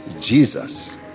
Jesus